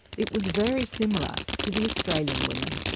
it was very similar to the australian women.